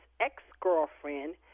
ex-girlfriend